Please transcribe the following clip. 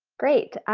great.